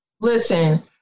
Listen